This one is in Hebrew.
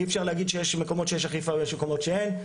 אי אפשר להגיד שיש מקומות שיש אכיפה ומקומות שאין.